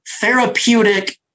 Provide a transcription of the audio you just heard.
therapeutic